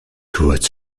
kurz